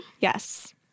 Yes